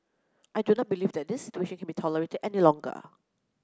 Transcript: I do not believe that this situation can be tolerated any longer